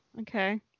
okay